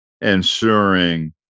ensuring